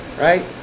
Right